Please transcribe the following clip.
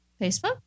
Facebook